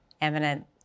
eminent